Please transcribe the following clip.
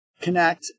connect